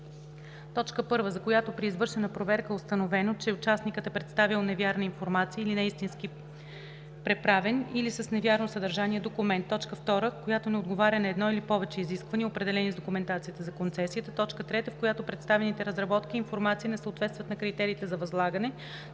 оферта: 1. за която при извършена проверка е установено, че участникът е представил невярна информация или неистински, преправен или с невярно съдържание документ; 2. която не отговаря на едно или повече изисквания, определени с документацията за концесията; 3. в която представените разработки и информация не съответстват на критериите за възлагане;